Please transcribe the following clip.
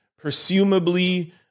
presumably